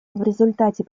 результате